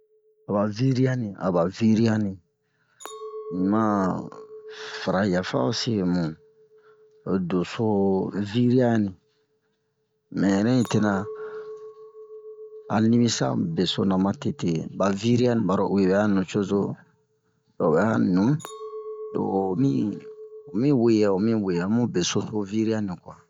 aba viriyani aba viriyani un ma fara yafa ose mu ho doso viriyani mɛ un yɛrɛ mitena a nimasa mu besona matete ɓa viriyani ɓaro uwe ɓɛ a nucozo lo o ɓɛ'a nu lo o mi omi weyɛ ho mu beso so viriyani kuwa